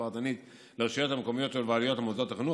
ופרטנית לרשויות המקומיות ולבעלויות על מוסדות החינוך,